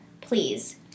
please